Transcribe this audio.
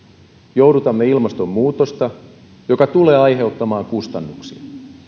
joudutamme ilmastonmuutosta joka tulee aiheuttamaan kustannuksia